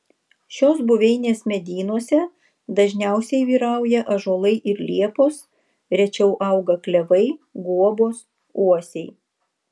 šios buveinės medynuose dažniausiai vyrauja ąžuolai ir liepos rečiau auga klevai guobos uosiai